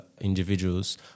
individuals